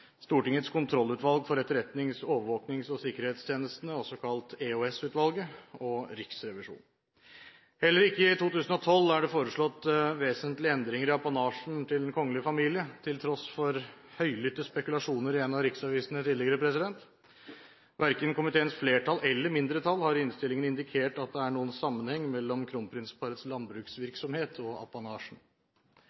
Stortingets kontrollutvalg for etterretnings-, overvåkings- og sikkerhetstjeneste, også kalt EOS-utvalget, og Riksrevisjonen. Heller ikke i 2012 er det foreslått vesentlige endringer i apanasjen til Den kongelige familie, til tross for høylytte spekulasjoner i en av riksavisene tidligere. Verken komiteens flertall eller mindretall har i innstillingen indikert at det er noen sammenheng mellom kronprinsparets